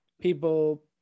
people